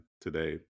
today